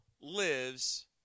lives